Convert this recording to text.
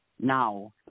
now